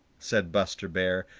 said buster bear,